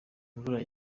imvura